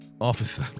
Officer